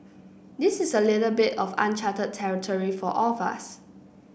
this is a little bit of uncharted territory for all of us